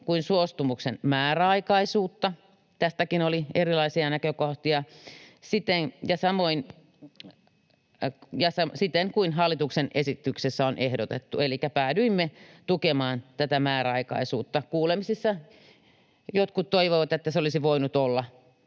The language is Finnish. kuin suostumuksen määräaikaisuutta — tästäkin oli erilaisia näkökohtia — siten kuin hallituksen esityksessä on ehdotettu, elikkä päädyimme tukemaan tätä määräaikaisuutta. Kuulemisissa jotkut toivoivat, että se olisi voinut olla